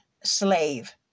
slave